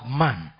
man